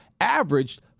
averaged